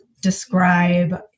describe